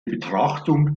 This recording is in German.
betrachtung